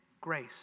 grace